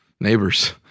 neighbor's